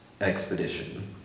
expedition